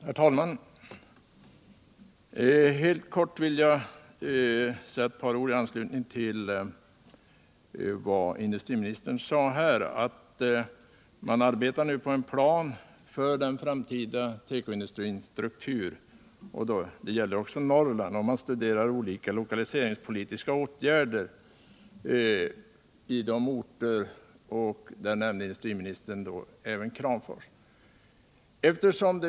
Herr talman! Jag vill göra några korta kommentarer i anslutning till vad industriministern sade om att man nu arbetar på en plan för den framtida tekoindustrins struktur — det gäller också Norrland — och att man studerar att förhindra ned olika lokaiiseringspolitiska åtgärder på dessa orter, Därvid nämnde industriministern även Kramfors.